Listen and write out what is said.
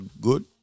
good